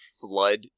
flood